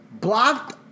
Blocked